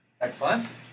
Excellent